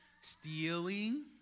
stealing